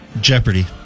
Jeopardy